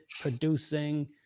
producing